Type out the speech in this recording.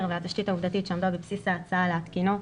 והתשתית העובדתית שעמדה בבסיס ההצעה להתקינו.